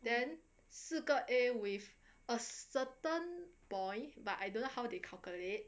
then 四个 A with a certain point but I don't know how they calculate